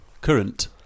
Current